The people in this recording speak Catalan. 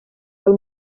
del